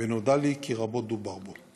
ונודע לי כי רבות דובר בו.